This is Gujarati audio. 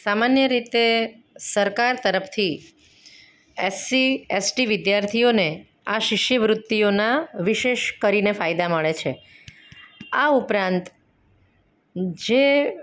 સામાન્ય રીતે સરકાર તરફથી એસ સી એસ ટી વિદ્યાર્થીઓને આ શિષ્યવૃત્તિઓના વિશેષ કરીને ફાયદા મળે છે આ ઉપરાંત જે